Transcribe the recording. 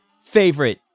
favorite